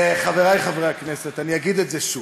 חברי חברי הכנסת, אני אגיד את זה שוב: